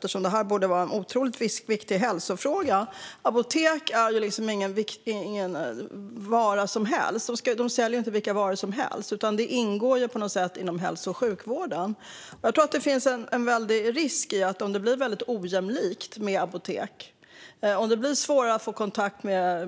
Det borde vara en otroligt viktig hälsofråga. Apotek säljer inte vilka varor som helst. De ingår på något sätt i hälso och sjukvården. Det finns en risk om det blir väldigt ojämlikt med apotek, om det blir svårare att få kontakt med